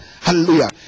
Hallelujah